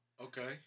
Okay